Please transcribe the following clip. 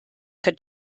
would